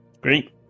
Great